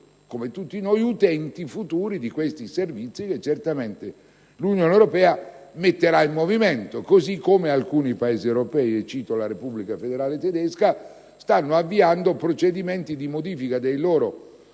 diritto utenti futuri di questi servizi che certamente l'Unione europea metterà in movimento. Allo stesso modo, alcuni Paesi europei - e cito la Repubblica federale tedesca - stanno avviando procedimenti di modifica dei loro sistemi